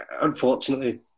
unfortunately